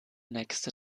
nächste